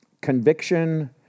conviction